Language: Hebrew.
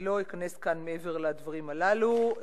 אני לא אכנס כאן מעבר לדברים הללו,